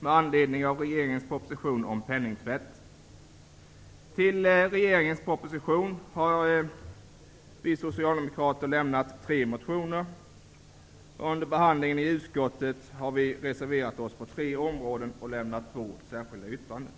med anledning av regeringens proposition om penningtvätt. Till regeringens proposition har vi socialdemokrater lämnat tre motioner. Under behandlingen i utskottet har vi reserverat oss på tre områden och lämnat två särskilda yttranden.